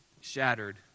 shattered